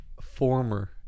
Former